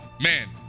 Man